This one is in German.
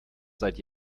seit